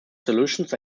solutions